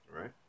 right